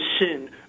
sin